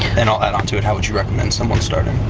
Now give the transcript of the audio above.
and i'll add onto it, how would you recommend someone starting?